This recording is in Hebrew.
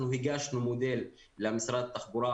אנחנו הגשנו מודל למשרד התחבורה,